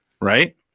right